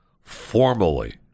formally